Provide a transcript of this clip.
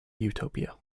utopia